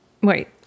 Wait